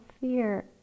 fear